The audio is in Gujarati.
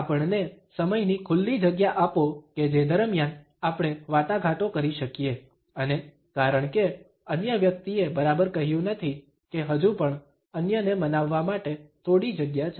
આપણને સમયની ખુલ્લી જગ્યા આપો કે જે દરમિયાન આપણે વાટાઘાટો કરી શકીએ અને કારણ કે અન્ય વ્યક્તિએ બરાબર કહ્યું નથી કે હજુ પણ અન્યને મનાવવા માટે થોડી જગ્યા છે